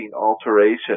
alteration